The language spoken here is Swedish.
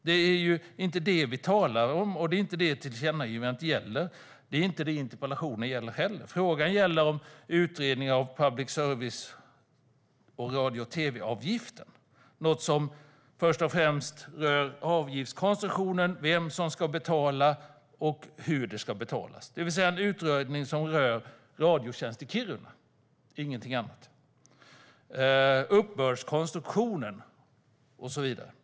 Det är inte det vi talar om, det är inte det tillkännagivandet gäller, och det är inte heller det interpellationen gäller. Frågan gäller utredning av radio och tv-avgiften, något som först och främst rör avgiftskonstruktionen - vem som ska betala och hur det ska betalas. Det är alltså en utredning som rör Radiotjänst i Kiruna, uppbördskonstruktionen och så vidare - inget annat.